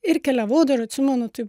ir keliavau dar atsimenu taip